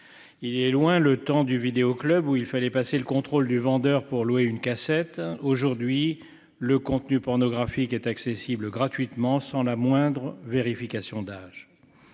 Il est loin le temps du vidéo club où il fallait passer le contrôle du vendeur pour louer une cassette aujourd'hui le contenu pornographique est accessible gratuitement, sans la moindre vérification d'âge.